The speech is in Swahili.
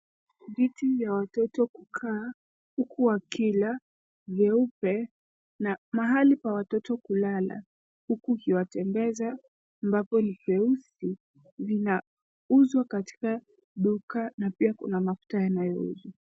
Viti vya watoto kukaa huku wakila, vyeupe na mahali pa watoto kulala huku ukiwatembeza ambapo ni peusi vinauzwa katika duka na pia kuna mafuta yanayouzwa.